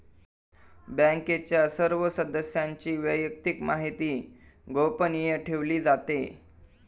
बँकेच्या सर्व सदस्यांची वैयक्तिक माहिती गोपनीय ठेवली जाते